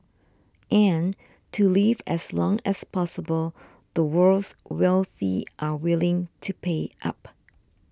and to live as long as possible the world's wealthy are willing to pay up